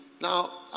Now